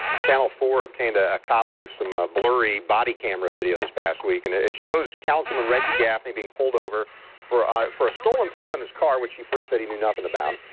channel four obtained ah a copy of some ah blurry body camera video this past week. and ah it shows a councilman, reggie gafney, being pulled over for for a stolen plate on his car which he first said he knew nothing about.